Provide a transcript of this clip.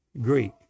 Greek